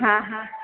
હા હા